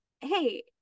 hey